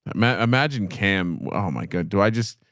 ma imagine cam, oh my god. do i just,